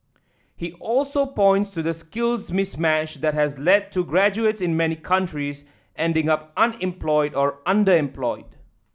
he also points to the skills mismatch that has led to graduates in many countries ending up unemployed or underemployed